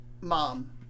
Mom